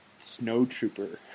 snowtrooper